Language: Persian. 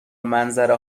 منظره